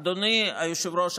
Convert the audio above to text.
אדוני היושב-ראש,